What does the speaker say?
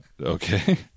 Okay